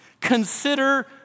consider